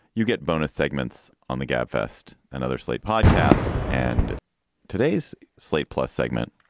you get bonus segments on the gabfest and other slate podcasts and today's slate plus segment,